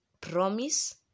promise